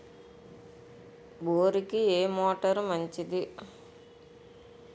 బోరుకి ఏ మోటారు మంచిది?